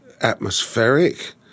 atmospheric